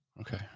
okay